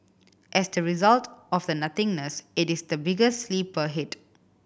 as the result of the nothingness it is the biggest sleeper hit